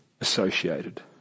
Associated